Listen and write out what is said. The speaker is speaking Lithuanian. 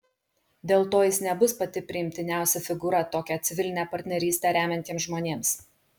dėl to jis nebus pati priimtiniausia figūra tokią civilinę partnerystę remiantiems žmonėms